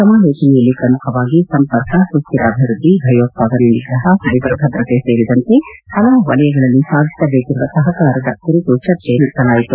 ಸಮಾಲೋಚನೆಯಲ್ಲಿ ಪ್ರಮುಖವಾಗಿ ಸಂಪರ್ಕ ಸುಸ್ದಿರ ಅಭಿವೃದ್ದಿ ಭಯೋತ್ವಾದನೆ ನಿಗ್ರಹ ಸ್ಟೆಬರ್ ಭದ್ರತೆ ಸೇರಿದಂತೆ ಹಲವು ವಲಯಗಳಲ್ಲಿ ಸಾಧಿಸಬೇಕಿರುವ ಸಹಕಾರದ ಕುರಿತು ಚರ್ಚೆ ನಡೆಸಲಾಯಿತು